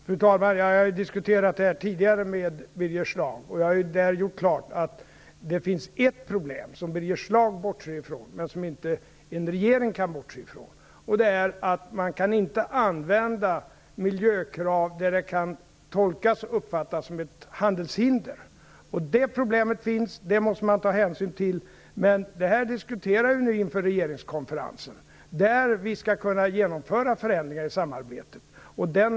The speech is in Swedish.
Fru talman! Jag har diskuterat den här frågan tidigare med Birger Schlaug, och jag har då gjort klart att det finns ett problem som Birger Schlaug bortser från men som en regering inte kan bortse från, nämligen att man inte kan använda miljökrav i sammanhang där de kan tolkas eller uppfattas som ett handelshinder. Det problemet finns, och det måste man ta hänsyn till. Vi diskuterar den här frågan inför regeringskonferensen, där vi skall kunna genomföra förändringar i samarbetet.